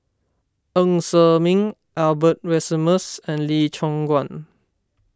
Ng Ser Miang Albert Winsemius and Lee Choon Guan